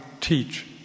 teach